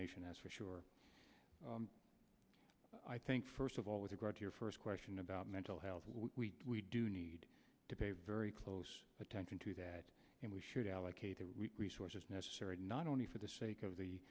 nation that's for sure i think first of all with regard to your first question about mental health we do need to pay very close attention to that and we should allocate resources necessary not only for the sake of the